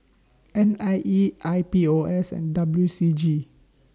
N I E I P O S and W C G